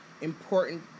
important